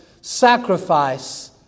sacrifice